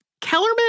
Kellerman